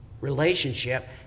relationship